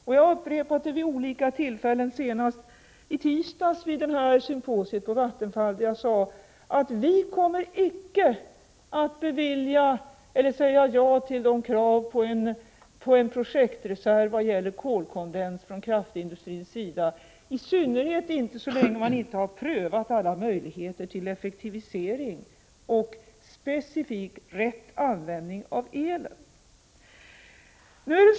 Jag har upprepat det vid olika tillfällen — senast i tisdags vid symposiet på Vattenfall, där jag sade att vi icke kommer att säga ja till krav från kraftindustrins sida på en projektreserv i vad gäller kolkondens, i synnerhet inte så länge man inte har prövat alla möjligheter till effektivisering och specifik och rätt användning av elen.